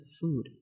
food